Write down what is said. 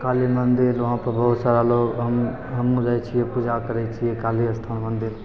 काली मन्दिर वहाँपर बहुत सारा लोक हम हमहूँ जाइ छिए पूजा करै छिए काली अस्थान मन्दिर